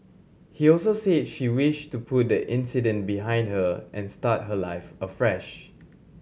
he also said she wished to put the incident behind her and start her life afresh